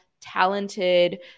talented